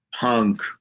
punk